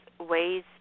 ways